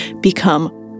become